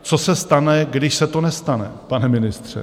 Co se stane, když se to nestane, pane ministře?